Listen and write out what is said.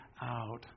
out